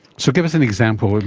so give us an example.